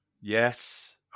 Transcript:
Yes